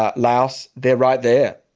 ah laos. they're right there.